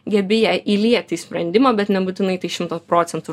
gebi ją įlieti į sprendimą bet nebūtinai tai šimtą procentų